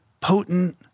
potent